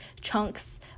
chunks